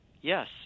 Yes